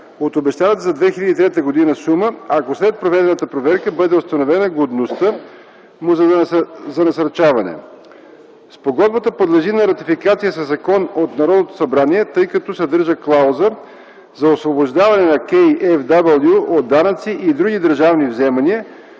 съдържа клауза за освобождаване на КfW от данъци и други държавни вземания,